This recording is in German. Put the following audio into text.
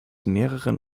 mehreren